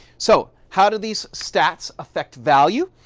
so, how do these stats affect value?